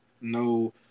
no